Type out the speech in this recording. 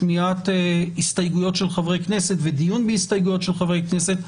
שמיעת הסתייגויות של חברי כנסת ודיון בהסתייגויות של חברי כנסת.